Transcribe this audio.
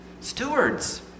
Stewards